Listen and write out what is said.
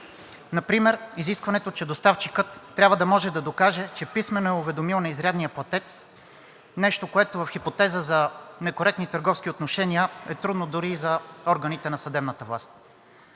Например изискването, че доставчикът трябва да може да докаже, че писмено е уведомил неизрядния платец, нещо, което в хипотеза за некоректни търговски отношения е трудно дори и за органите на съдебната власт.